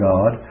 God